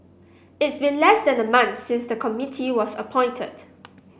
it's been less than a month since the committee was appointed